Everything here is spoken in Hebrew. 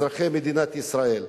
אזרחי מדינת ישראל,